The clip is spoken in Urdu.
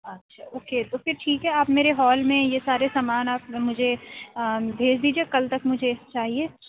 اچھا اوکے تو پھر ٹھیک ہے آپ میرے ہال میں یہ سارے سامان آپ مجھے بھیج دیجیے کل تک مجھے چاہیے